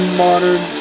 modern